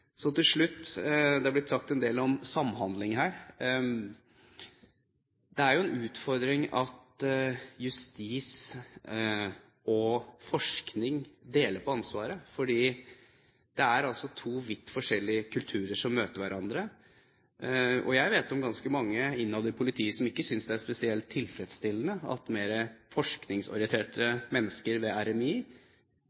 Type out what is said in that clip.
Så til slutt: Det er blitt sagt en del om samhandling her. Det er jo en utfordring at justis og forskning deler på ansvaret, for det er jo to vidt forskjellige kulturer som møter hverandre. Jeg vet om ganske mange innad i politiet som ikke synes det er spesielt tilfredsstillende at mer forskningsorienterte